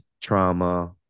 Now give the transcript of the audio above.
trauma